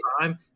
time